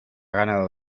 ganado